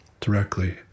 directly